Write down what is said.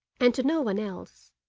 and to no one else.